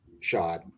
shot